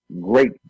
great